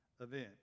event